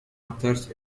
authors